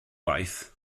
gwaith